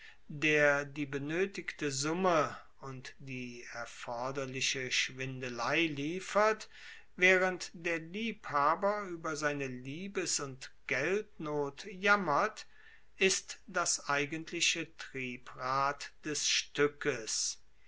der die benoetigte summe und die erforderliche schwindelei liefert waehrend der liebhaber ueber seine liebes und geldnot jammert ist das eigentliche triebrad des stueckes